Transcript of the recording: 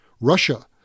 Russia